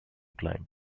climb